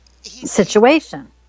situation